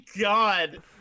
god